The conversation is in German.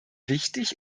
wichtig